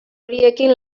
horiekin